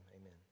Amen